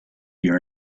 your